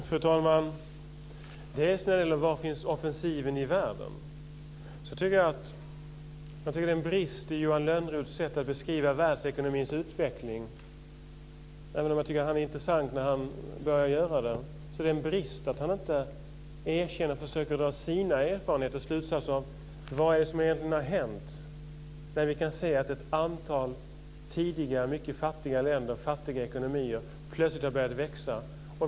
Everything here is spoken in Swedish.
Fru talman! När det gäller frågan om var i världen offensiven finns tycker jag att det är en brist i Johan Lönnroths sätt att beskriva världsekonomins utveckling, även om han är intressant när han gör det, att han inte erkänner och försöker dra sina slutsatser av vad som egentligen har hänt. Vi kan se att ett antal tidigare mycket fattiga länder eller ekonomier plötsligt har börjat växa.